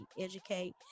educate